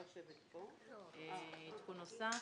עדכון נוסף.